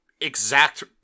exact